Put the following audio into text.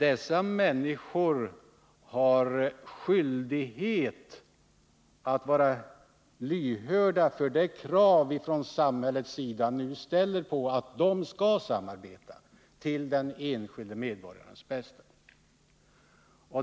Dessa människor har skyldighet att vara lyhörda för de krav från samhällets sida som nu ställs på att de skall samarbeta till den enskilde medborgarens bästa.